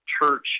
Church